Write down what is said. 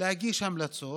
להגיש המלצות,